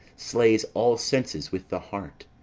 slays all senses with the heart.